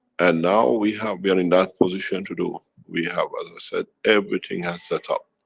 and now, we have, we're in that position to do. we have, as i said, everything has set up.